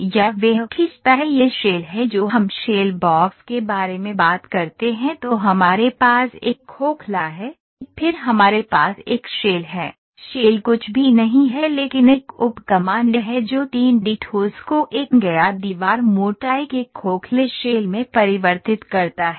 या वह खींचता है यह शेल है जो हम शेल बॉक्स के बारे में बात करते हैं तो हमारे पास एक खोखला है फिर हमारे पास एक शेल है शेल कुछ भी नहीं है लेकिन एक उप कमांड है जो 3 डी ठोस को एक ज्ञात दीवार मोटाई के खोखले शेल में परिवर्तित करता है